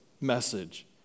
message